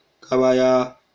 kabaya